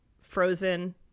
frozen